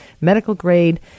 medical-grade